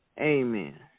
Amen